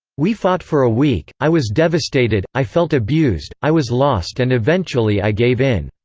we fought for a week, i was devastated, i felt abused, i was lost and eventually i gave in.